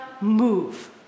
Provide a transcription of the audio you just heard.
move